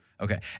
Okay